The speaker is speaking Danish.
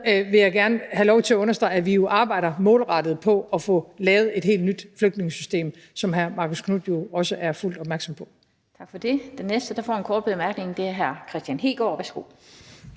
vil jeg gerne have lov til at understrege, at vi arbejder målrettet på at få lavet et helt nyt flygtningesystem, som hr. Marcus Knuth jo også er fuldt opmærksom på. Kl. 14:08 Den fg. formand (Annette Lind): Tak for det. Den næste, der får en kort bemærkning, er hr. Kristian Hegaard. Værsgo.